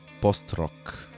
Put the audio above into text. post-rock